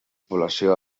població